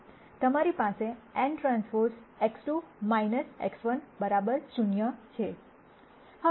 તમારી પાસે nTX2 X1 0